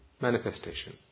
manifestation